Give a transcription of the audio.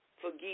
forgive